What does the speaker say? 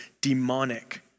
demonic